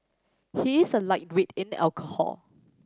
he is a lightweight in alcohol